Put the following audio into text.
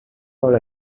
all